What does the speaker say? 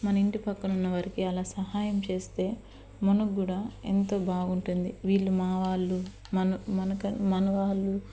మన ఇంటి పక్కనున్న వారికి అలా సహాయం చేస్తే మనకి కూడా ఎంతో బాగుంటుంది వీళ్ళు మా వాళ్ళు మన వాళ్ళు